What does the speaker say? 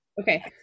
okay